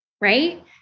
right